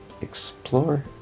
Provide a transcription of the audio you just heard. Explore